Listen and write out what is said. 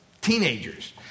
teenagers